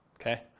okay